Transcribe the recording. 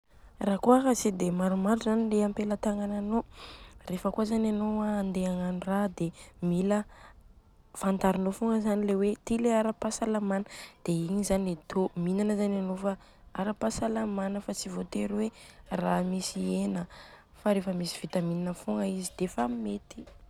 Ra kôa ka tsy dia maromaro zany i ampelatagnananô, Rehefa kôa zany anô an handeha agnano raha dia mila fantarinô fogna zany le hoe ty le ara-pahasalamana, dia igny zany atô. Mihinana zany anô fa ara-pahasalamana fa tsy vôtery hoe raha misy hena fa misy vitamine fogna izy dia efa mety.